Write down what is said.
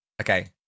Okay